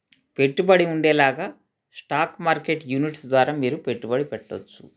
పెట్టుబడి ఉండేలాగా stock market units ద్వారా మీరు పెట్టుబడి పెట్టవచ్చు